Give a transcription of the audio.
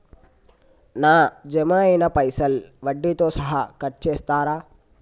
నా జమ అయినా పైసల్ వడ్డీతో సహా కట్ చేస్తరా?